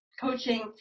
coaching